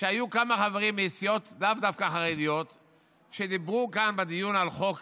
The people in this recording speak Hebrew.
שהיו חברים מסיעות לאו דווקא חרדיות שדיברו כאן בדיון על חוק